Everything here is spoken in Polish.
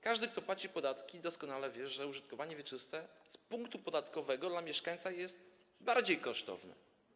Każdy, kto płaci podatki, doskonale wie, że użytkowanie wieczyste z punktu podatkowego dla mieszkańca jest bardziej kosztowne.